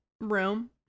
room